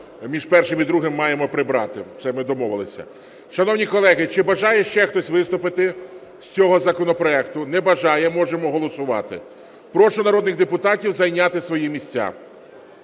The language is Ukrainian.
між першим і другим маємо прибрати. Це ми домовилися. Шановні колеги, чи бажає ще хтось виступити з цього законопроекту? Не бажає. Можемо голосувати. Прошу народних депутатів зайняти свої місця.